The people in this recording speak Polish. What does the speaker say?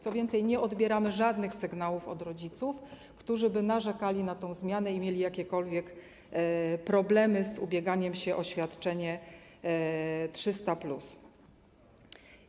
Co więcej, nie odbieramy żadnych sygnałów od rodziców, którzy narzekaliby na tę zmianę i mieli jakiekolwiek problemy z ubieganiem się o świadczenie 300+.